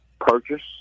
purchase